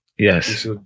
Yes